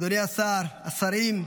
אדוני השר, השרים,